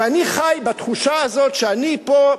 אני חי בתחושה הזאת שאני פה,